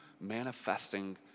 manifesting